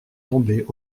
tombées